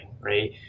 right